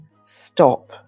stop